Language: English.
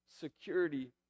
security